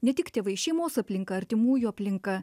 ne tik tėvai šeimos aplinka artimųjų aplinka